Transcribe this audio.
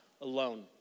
alone